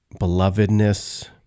belovedness